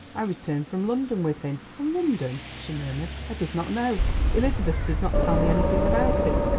i returned from london with him. from london, she murmured. i did not know elizabeth did not tell me anything about it.